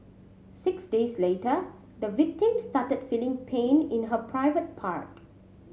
six days later the victim started feeling pain in her private part